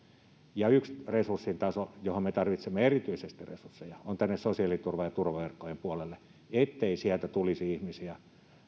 ja yksi resurssin taso johon me tarvitsemme erityisesti resursseja on sosiaaliturvaan ja turvaverkkojen puolelle ettei sieltä tulisi ihmisiä